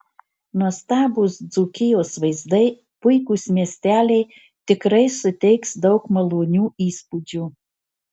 nuostabūs dzūkijos vaizdai puikūs miesteliai tikrai suteiks daug malonių įspūdžių